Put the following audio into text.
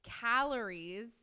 calories